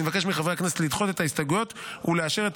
אני מבקש מחברי הכנסת לדחות את ההסתייגויות ולאשר את